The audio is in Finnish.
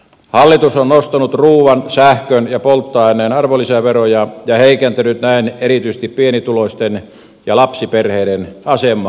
hallitus on nostanut ruuan sähkön ja polttoaineen arvonlisäveroa ja heikentänyt näin erityisesti pienituloisten ja lapsiperheiden asemaa entisestään